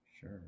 Sure